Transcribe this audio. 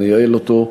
נייעל אותו,